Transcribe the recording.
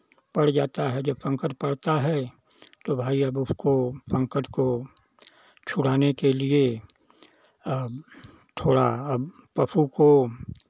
पड़ जाता है जब संकट पड़ता है तो भाई अब उसको संकट को छुड़ाने के लिए थोड़ा अब पशु को